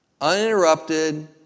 Uninterrupted